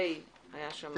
(ה) היה שם.